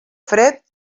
fred